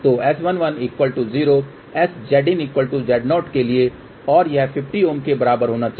तो S110 ZinZ0 के लिए और यह 50 Ω के बराबर होना चाहिए